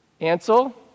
Ansel